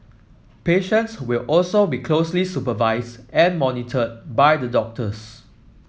patients will also be closely supervised and monitored by the doctors